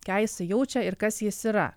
ką jisai jaučia ir kas jis yra